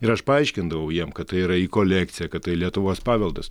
ir aš paaiškindavau jiem kad tai yra į kolekciją kad tai lietuvos paveldas